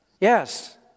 Yes